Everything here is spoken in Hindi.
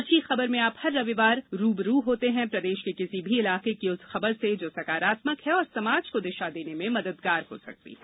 अच्छी खबर में आप हर रविवार रू ब रू होते हैं प्रदेश के किसी भी इलाके की उस खबर से जो सकारात्मक है और समाज को दिशा देने में मददगार हो सकती है